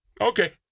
okay